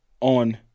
On